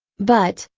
but,